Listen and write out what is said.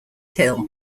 hill